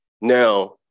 Now